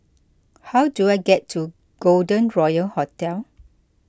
how do I get to Golden Royal Hotel